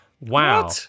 Wow